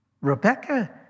Rebecca